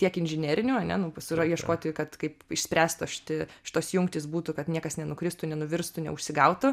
tiek inžinerinių ane nu pasira ieškoti kad kaip išspręstos šiti šitos jungtys būtų kad niekas nenukristų nenuvirstų neužsigautų